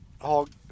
hog